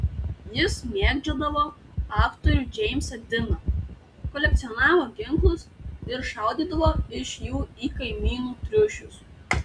jis mėgdžiodavo aktorių džeimsą diną kolekcionavo ginklus ir šaudydavo iš jų į kaimynų triušius